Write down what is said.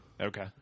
Okay